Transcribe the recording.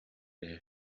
киһи